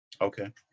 Okay